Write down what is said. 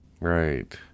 Right